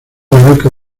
beca